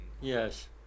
Yes